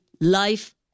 life